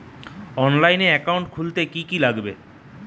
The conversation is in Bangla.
অনলাইনে একাউন্ট খুলতে কি কি লাগবে?